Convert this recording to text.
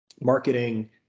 marketing